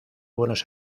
buenos